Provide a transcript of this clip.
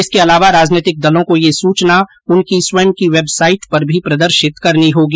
इसके अलावा राजनैतिक दलों को यह सूचना उनकी स्वयं की वेबसाइट पर भी प्रदर्शित करनी होगी